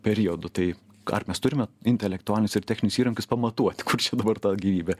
periodu tai ar mes turime intelektualinius ir techninius įrankius pamatuot kur čia dabar ta gyvybė